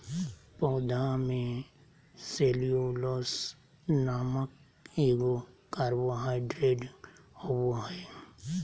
पौधा में सेल्यूलोस नामक एगो कार्बोहाइड्रेट होबो हइ